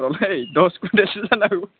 रलै दस कुविन्टेलसो जानांगौ